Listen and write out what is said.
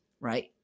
right